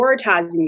Prioritizing